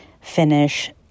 finish